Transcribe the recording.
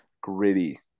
gritty